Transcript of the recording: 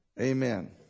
Amen